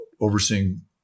overseeing